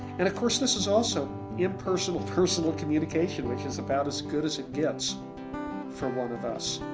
and course, this is also impersonal, personal communication which is about as good as it gets for one of us